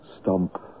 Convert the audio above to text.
stump